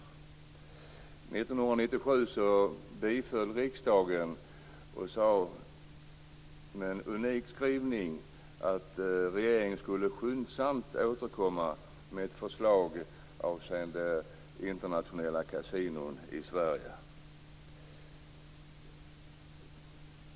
År 1997 biföll riksdagen motionen och sade med en unik skrivning att regeringen skulle skyndsamt återkomma med ett förslag avseende internationella kasinon i Sverige.